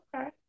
Okay